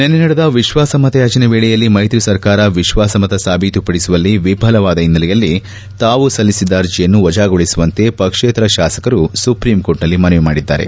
ನಿನ್ನೆ ನಡೆದ ವಿಶ್ವಾಸಮತಯಾಚನೆ ವೇಳೆಯಲ್ಲಿ ಮೈತ್ರಿ ಸರ್ಕಾರ ವಿಶ್ವಾಸಮತ ಸಾಬೀತುಪಡಿಸುವಲ್ಲಿ ವಿಫಲವಾದ ಹಿನ್ನೆಲೆಯಲ್ಲಿ ತಾವು ಸಲ್ಲಿಸಿದ ಅರ್ಜೆಯನ್ನು ವಜಾಗೊಳಿಸುವಂತೆ ಪಕ್ಷೇತರ ಶಾಸಕರು ಸುಪ್ರೀಂಕೋರ್ಟ್ ನಲ್ಲಿ ಮನವಿ ಮಾಡಿದ್ದಾರೆ